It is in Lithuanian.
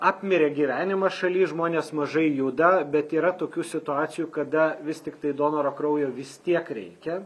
apmirė gyvenimas šaly žmonės mažai juda bet yra tokių situacijų kada vis tiktai donoro kraujo vis tiek reikia